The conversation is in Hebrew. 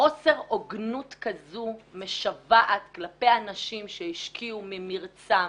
חוסר הוגנות כזו משוועת כלפי אנשים שהשקיעו ממרצם,